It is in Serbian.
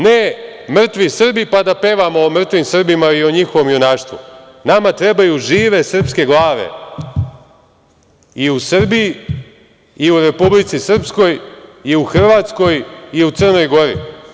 Ne mrtvi Srbi pa da pevamo o mrtvim Srbima i njihovom junaštvu, nama trebaju žive sprske glave i u Srbiji i u Republici Srpskoj i u Hrvatskoj i u Crnoj Gori.